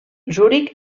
zuric